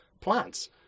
plants